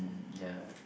ya